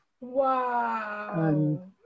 Wow